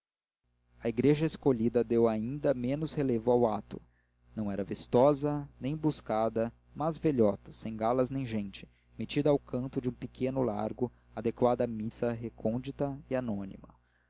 a igreja escolhida deu ainda menos relevo ao ato não era vistosa nem buscada mas velhota sem galas nem gente metida ao canto de um pequeno largo adequada à missa recôndita e anônima